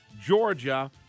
Georgia